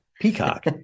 Peacock